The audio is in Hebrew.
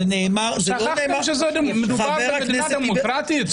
שכחתם שמדובר במדינה דמוקרטית?